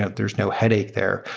ah there's no headache there.